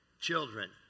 children